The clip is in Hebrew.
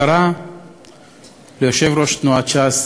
קרא ליושב-ראש תנועת ש"ס,